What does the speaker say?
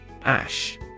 Ash